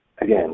again